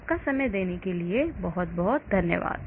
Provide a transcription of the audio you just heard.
आपका समय देने के लिए आपका बहुत बहुत धन्यवाद